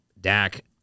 Dak